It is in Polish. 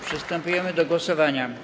Przystępujemy do głosowania.